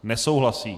Nesouhlasí.